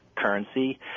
currency